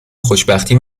خوشبختی